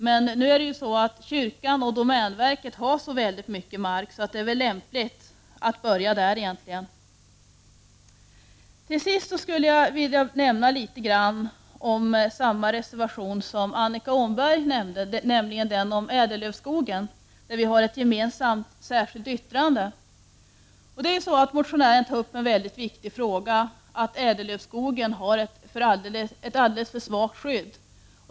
Men nu har kyrkan och domänverket så mycket mark att det är lämpligt att börja där. Till slut skall jag säga några ord om den reservation som Annika Åhnberg berörde, nämligen den om ädellövskogarna. I fråga om dem har vi ett särskilt gemensamt yttrande. Motionären tar upp en mycket viktig fråga, nämligen att ädellövskogen har ett alltför svagt skydd.